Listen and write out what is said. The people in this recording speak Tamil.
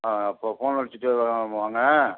ஆ அப்போது ஃபோன் அடித்துட்டு வாங்க